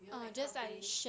you know that kind of thing